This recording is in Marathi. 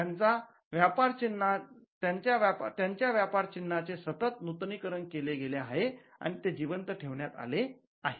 त्यांच्या व्यापार चिन्हाचे सतत नूतनीकरण केले गेले आहे आणि ते जिवंत ठेवण्यात आले आहे